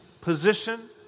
position